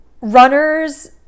runners